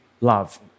love